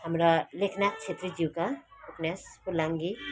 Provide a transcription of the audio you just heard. हाम्रा लेखनाथ छेत्रीज्यूका उपन्यास फुलाङ्गे